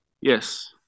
yes